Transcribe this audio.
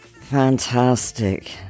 Fantastic